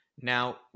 now